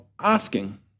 asking